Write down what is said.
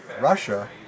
Russia